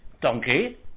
donkey